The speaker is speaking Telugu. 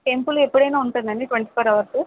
టెంపుల్ ఎప్పుడైనా ఉంటుందా అండి ట్వంటీ ఫోర్ అవర్సు